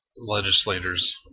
legislators